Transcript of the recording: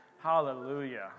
Hallelujah